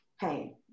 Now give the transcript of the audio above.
Hey